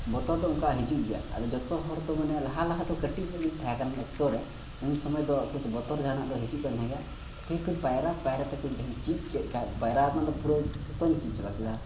ᱵᱚᱛᱚᱨ ᱫᱚ ᱚᱱᱠᱟ ᱦᱤᱡᱩᱜ ᱜᱮᱭᱟ ᱡᱚᱛᱚ ᱦᱚᱲᱫᱚ ᱢᱟᱱᱮ ᱞᱟᱦᱟ ᱞᱟᱦᱟ ᱫᱚ ᱠᱟᱹᱴᱤᱡ ᱧᱚᱜ ᱜᱤᱧ ᱛᱟᱦᱮᱸ ᱠᱟᱱ ᱚᱠᱛᱚ ᱨᱮ ᱩᱱ ᱥᱚᱢᱚᱭ ᱫᱚ ᱠᱩᱪ ᱵᱚᱛᱚᱨ ᱜᱮ ᱡᱟᱦᱟᱱᱟᱜ ᱫᱚ ᱦᱤᱡᱩᱜ ᱜᱮ ᱛᱟᱦᱮᱱ ᱜᱮ ᱯᱟᱭᱨᱟ ᱯᱟᱭᱨᱟ ᱛᱮᱠᱚ ᱡᱟᱹᱱᱤᱡ ᱪᱮᱫ ᱠᱮᱜ ᱠᱷᱟᱡ ᱯᱟᱭᱨᱟ ᱨᱮᱱᱟᱜ ᱫᱚ ᱯᱩᱨᱟᱹ ᱡᱚᱛᱚᱧ ᱪᱮᱫ ᱪᱟᱵᱟ ᱠᱮᱫᱟ